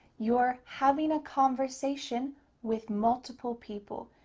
you're having a conversation with multiple people.